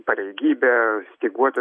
pareigybę styguoti